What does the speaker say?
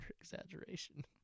exaggeration